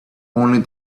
only